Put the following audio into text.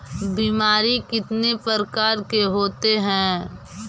बीमारी कितने प्रकार के होते हैं?